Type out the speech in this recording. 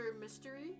mystery